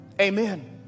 Amen